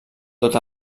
tot